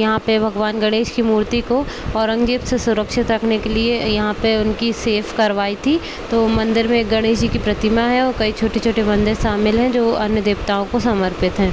यहाँ पे भगवान गणेश जी की मूर्ति को औरंगज़ेब से सुरक्षित रखने के लिए यहाँ पे उनकी सेफ करवाई थी तो मंदिर में गणेश जी की प्रतिमा है और कई छोटे छोटे मंदिर सामने है जो अन्य देवताओं को समर्पित हैं